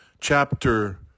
chapter